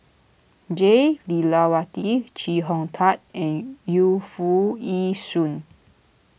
Jah Lelawati Chee Hong Tat and Yu Foo Yee Shoon